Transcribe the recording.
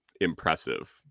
Impressive